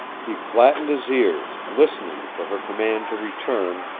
he flattened his ears, listening for her command to return,